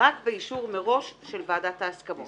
רק באישור מראש של ועדת ההסכמות.